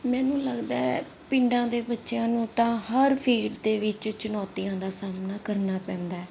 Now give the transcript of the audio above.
ਮੈਨੂੰ ਲੱਗਦਾ ਪਿੰਡਾਂ ਦੇ ਬੱਚਿਆਂ ਨੂੰ ਤਾਂ ਹਰ ਫੀਲਡ ਦੇ ਵਿੱਚ ਚੁਣੌਤੀਆਂ ਦਾ ਸਾਹਮਣਾ ਕਰਨਾ ਪੈਂਦਾ